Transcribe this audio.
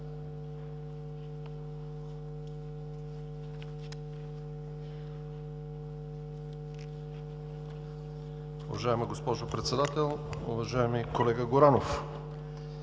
Уважаема госпожо Председател, уважаеми колеги,